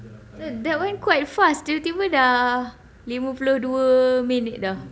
that that [one] quite fast tiba-tiba dah lima puluh dua minit dah